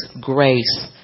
grace